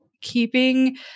keeping